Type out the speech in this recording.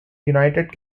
united